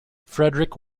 frederick